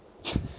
!chey!